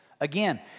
Again